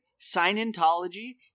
Scientology